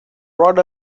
brought